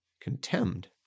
contemned